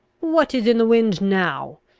what is in the wind now?